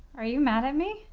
are you mad at me?